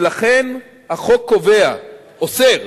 ולכן החוק אוסר